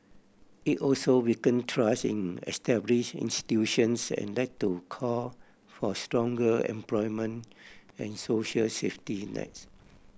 it also weakened trust in established institutions and led to call for stronger employment and social safety nets